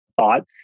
thought